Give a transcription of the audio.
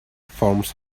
forms